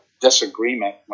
disagreement